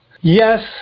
yes